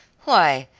why,